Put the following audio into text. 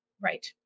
right